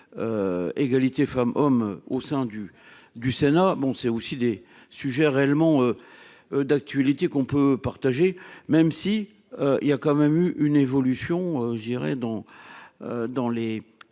égalité femmes-hommes au sein du du Sénat, bon, c'est aussi des sujets réellement d'actualité qu'on peut partager, même si il y a quand même eu une évolution je dirais dans dans